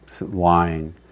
lying